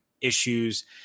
issues